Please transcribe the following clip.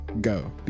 go